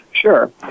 Sure